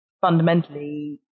fundamentally